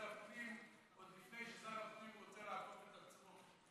הפנים עוד לפני ששר הפנים רוצה לעקוף את עצמו.